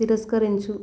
తిరస్కరించు